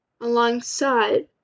alongside